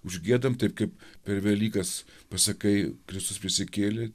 užgiedam taip kaip per velykas pasakai kristus prisikėlė